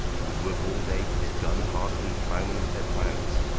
who would work all day with his guns harder than ploughmen with their ploughs.